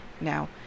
Now